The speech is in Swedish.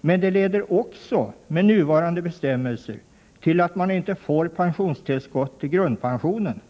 Men det leder också med nuvarande bestämmelser till att man inte får pensionstillskott till grundpensionen.